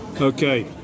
Okay